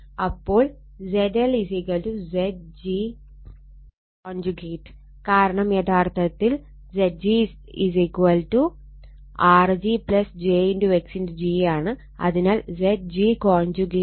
അപ്പോൾ ZLZg കാരണം യഥാർത്ഥത്തിൽ Zg R g j x g ആണ്